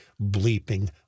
bleeping